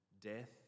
death